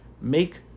make